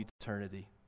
eternity